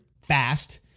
fast